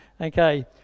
Okay